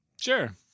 Sure